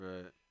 Right